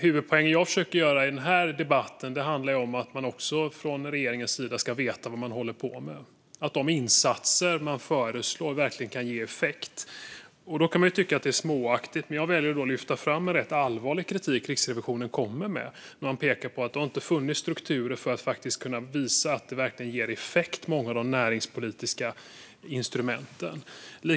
Huvudpoängen jag försöker att göra i denna debatt är dock att man från regeringens sida ska veta vad man håller på med och att de insatser man föreslår verkligen kan ge effekt. Det kan tyckas småaktigt, men jag väljer att lyfta fram den rätt allvarliga kritik som Riksrevisionen kommer med när man pekar på att det inte har funnits strukturer för att kunna visa att många av de näringspolitiska instrumenten verkligen ger effekt.